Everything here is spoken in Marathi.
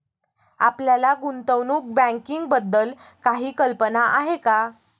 आपल्याला गुंतवणूक बँकिंगबद्दल काही कल्पना आहे का?